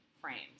frames